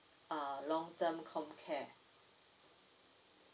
uh long term comcare